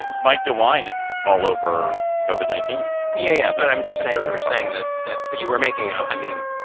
and mike dewine is all over kova nineteen point yeah yeah. but i'm just saying, you were saying that that but you were making out. i mean,